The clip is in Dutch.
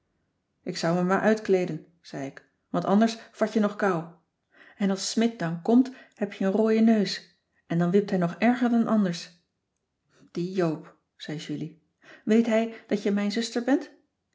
ik zou me maar uitkleeden zei ik want anders vat je nog kou en als smidt dan komt heb je een rooie neus en dan wipt hij nog erger dan anders die joop zei julie weet hij dat jij mijn zuster bent